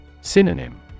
Synonym